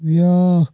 بیٛاکھ